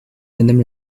madame